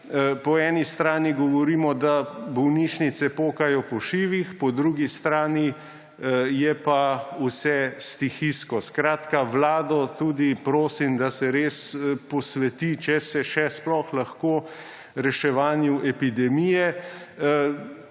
po eni strani govorimo, da bolnišnice pokajo po šivih, po drugi strani je pa vse stihijsko. Vlado tudi prosim, da se res posveti, če se še sploh lahko, reševanju epidemije.